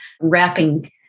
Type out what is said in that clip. wrapping